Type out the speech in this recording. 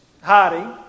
hiding